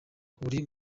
uri